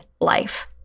life